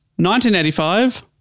1985